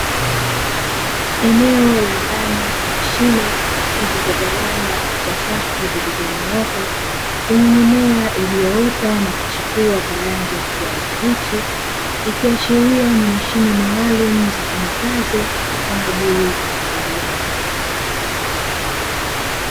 Eneo la ndani ya mashine zilizogawanywa katika safu zilizonyooka. zenye mimea iliyoota na kuchipua kwa rangi ya kijani kibichi, ikiashiria ni mashine maalumu zitumikazo kwa ajili ya kilimo.